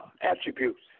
attributes